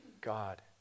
God